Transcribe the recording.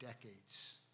decades